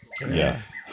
Yes